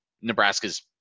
Nebraska's